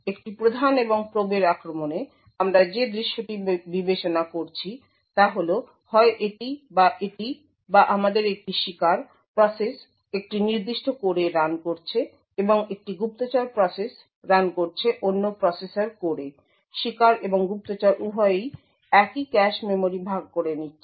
একটি প্রধান এবং প্রোবের আক্রমণে আমরা যে দৃশ্যটি বিবেচনা করছি তা হল হয় এটি বা এটি বা আমাদের একটি শিকার প্রসেস একটি নির্দিষ্ট কোরে রান করছে এবং একটি গুপ্তচর প্রসেস রান করছে অন্য প্রসেসর কোরে শিকার এবং গুপ্তচর উভয়ই একই ক্যাশ মেমরি ভাগ করে নিচ্ছে